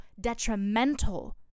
detrimental